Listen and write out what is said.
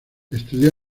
estudió